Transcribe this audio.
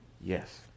Yes